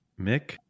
Mick